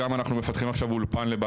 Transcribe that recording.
גם אנחנו מפתחים עכשיו אולפן,